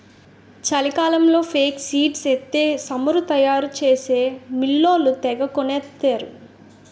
చలికాలంలో ఫేక్సీడ్స్ ఎత్తే సమురు తయారు చేసే మిల్లోళ్ళు తెగకొనేత్తరు